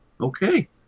okay